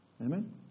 Amen